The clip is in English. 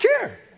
care